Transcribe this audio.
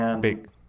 big